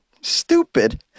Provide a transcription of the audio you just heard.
Stupid